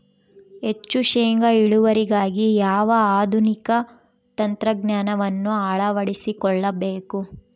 ಹೆಚ್ಚು ಶೇಂಗಾ ಇಳುವರಿಗಾಗಿ ಯಾವ ಆಧುನಿಕ ತಂತ್ರಜ್ಞಾನವನ್ನು ಅಳವಡಿಸಿಕೊಳ್ಳಬೇಕು?